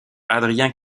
adrien